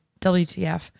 WTF